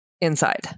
inside